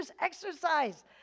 exercise